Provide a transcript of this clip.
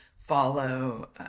follow